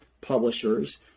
publishers